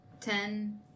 Ten